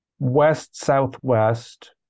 West-southwest